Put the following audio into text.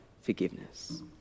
forgiveness